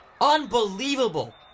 Unbelievable